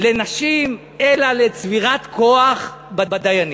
לנשים אלא לצבירת כוח בדיינים,